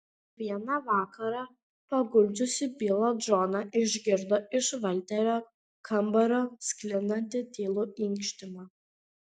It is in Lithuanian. vieną vakarą paguldžiusi bilą džoną išgirdo iš valterio kambario sklindantį tylų inkštimą